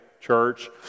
Church